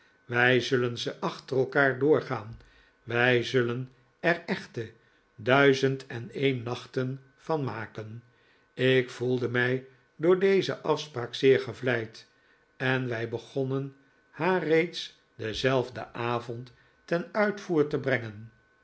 wij zullen ze achter elkaar doorgaan wij zullen er echte duizend en een nachten van maken ik voelde mij door deze afspraak zeer gevleid en wij begonnen haar reeds denzelfden avond ten uitvoerte brengen